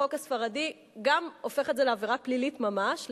החוק הספרדי גם הופך את זה לעבירה פלילית ממש,